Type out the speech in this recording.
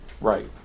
Right